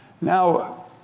Now